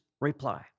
reply